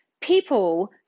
people